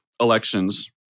elections